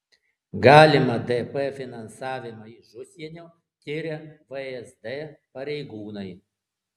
galimą dp finansavimą iš užsienio tiria vsd pareigūnai